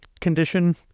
condition